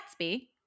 Gatsby